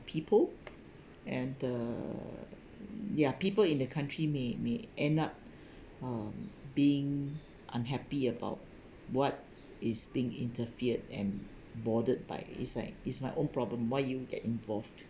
people and the ya people in the country may may end up um being unhappy about what is being interfered and bothered by is like is my own problem why you get involved